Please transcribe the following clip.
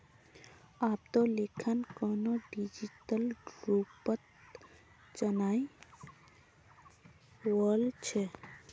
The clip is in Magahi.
अब त लेखांकनो डिजिटल रूपत चनइ वल छ